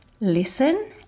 listen